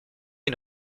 une